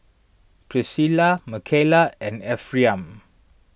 Pricilla Mckayla and Ephriam